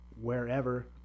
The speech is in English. wherever